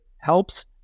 helps